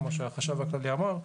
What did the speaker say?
כפי שהחשב הכללי אמר,